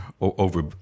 over